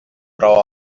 però